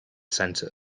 center